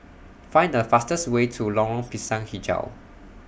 Find The fastest Way to Lorong Pisang Hijau